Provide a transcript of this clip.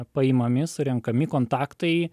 paimami surenkami kontaktai